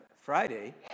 Friday